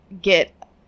get